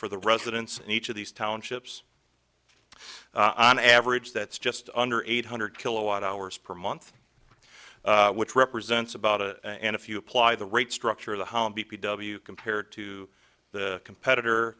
for the residents in each of these townships on average that's just under eight hundred kilowatt hours per month which represents about a and if you apply the rate structure of the home b p w compared to the competitor